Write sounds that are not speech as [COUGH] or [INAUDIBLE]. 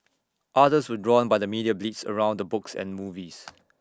others were drawn by the media blitz around the books and movies [NOISE]